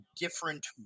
different